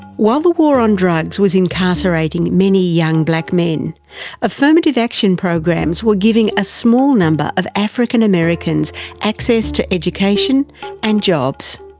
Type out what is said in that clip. while the war on drugs was incarcerating many young black affirmative action programs were giving a small number of african americans access to education and jobs.